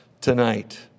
tonight